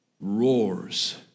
roars